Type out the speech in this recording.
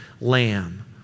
lamb